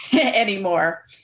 anymore